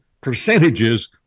percentages